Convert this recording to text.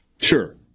Sure